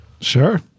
Sure